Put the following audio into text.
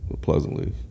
pleasantly